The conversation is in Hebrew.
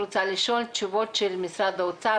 רוצה לשאול תשובות של משרד האוצר,